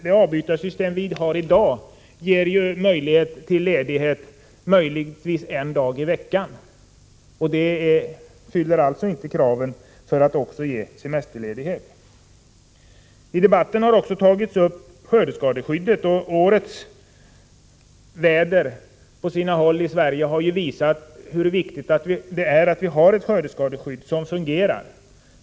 Det avbytarsystem som finns i dag ger möjlighet till ledighet möjligen en dag i veckan och uppfyller alltså inte kraven för att kunna ge semesterledighet. I debatten har också skördeskadeskyddet tagits upp. Årets väder på sina håll i Sverige har visat hur viktigt det är att vi har ett skördeskadeskydd som fungerar.